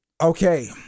Okay